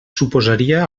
suposaria